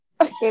Okay